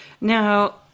Now